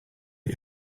you